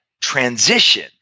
transition